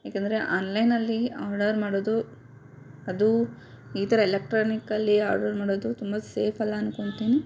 ಯಾಕಂದರೆ ಆನ್ಲೈನಲ್ಲಿ ಆರ್ಡರ್ ಮಾಡೋದು ಅದೂ ಈ ಥರ ಎಲೆಕ್ಟ್ರಾನಿಕಲ್ಲಿ ಆರ್ಡರ್ ಮಾಡೋದು ತುಂಬ ಸೇಫ್ ಅಲ್ಲ ಅಂದ್ಕೊಂತೀನಿ